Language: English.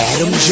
Adam